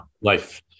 life